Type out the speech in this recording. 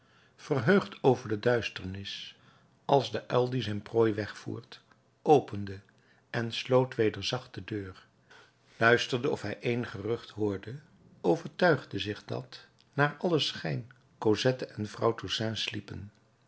verheugd over de duisternis als de uil die zijn prooi wegvoert opende en sloot weder zacht de deur luisterde of hij eenig gerucht hoorde overtuigde zich dat naar allen schijn cosette en vrouw toussaint sliepen